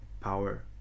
power